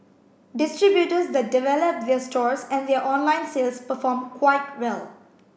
distributors that develop their stores and their online sales perform quite well